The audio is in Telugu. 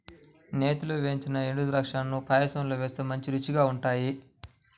నేతిలో వేయించిన ఎండుద్రాక్షాలను పాయసంలో వేస్తే మంచి రుచిగా ఉంటాయి